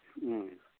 ꯎꯝ